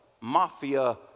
mafia